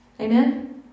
Amen